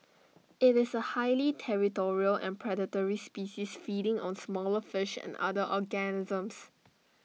IT is A highly territorial and predatory species feeding on smaller fish and other organisms